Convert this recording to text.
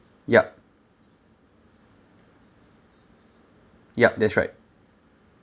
yup yup that's right